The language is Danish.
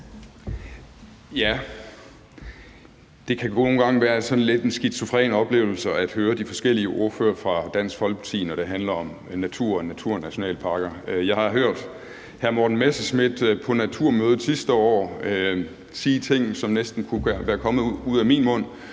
Det kan nogle gange være en lidt skizofren oplevelse at høre de forskellige ordførere fra Dansk Folkeparti, når det handler om natur og naturnationalparker. Jeg har hørt hr. Morten Messerschmidt på Naturmødet sidste år sige ting, som næsten kunne være kommet ud af min mund,